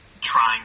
trying